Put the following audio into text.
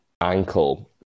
ankle